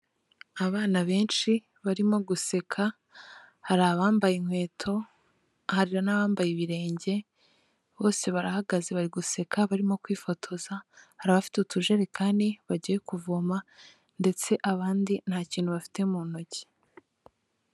Abana benshi barimo guseka, hari abambaye inkweto, hari n'abambaye ibirenge, bose barahagaze bari guseka barimo kwifotoza, hari abafite utujerekani bagiye kuvoma ndetse abandi nta kintu bafite mu ntoki.